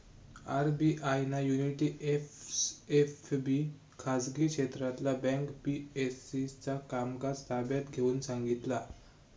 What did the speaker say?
RBI ना Unity SFB खाजगी क्षेत्रातला बँक पी.एम.सी चा कामकाज ताब्यात घेऊन सांगितला